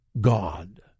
God